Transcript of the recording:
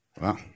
Wow